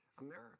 America